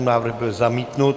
Návrh byl zamítnut.